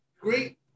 great